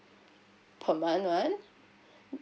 per month [one]